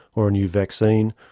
or a new vaccine,